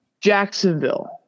Jacksonville